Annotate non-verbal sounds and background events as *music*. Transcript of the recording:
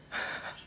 *laughs*